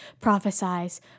prophesize